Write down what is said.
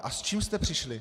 A s čím jste přišli?